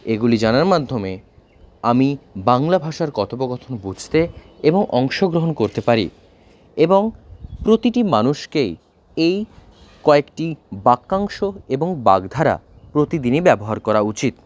এগুলি জানার মাধ্যমে আমি বাংলা ভাষার কথোপকথন বুঝতে এবং অংশগ্রহণ করতে পারি এবং প্রতিটি মানুষকেই এই কয়েকটি বাক্যাংশ এবং বাগধারা প্রতিদিনই ব্যবহার করা উচিত